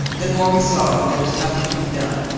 the more he saw that there was nothing to be done.